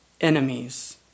enemies